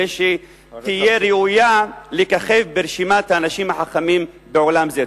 כדי שתהיה ראויה לככב ברשימת האנשים החכמים בעולם זה.